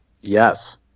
Yes